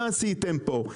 מה עשיתם פה?